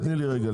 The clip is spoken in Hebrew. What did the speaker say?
תני לי רגע,